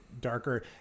darker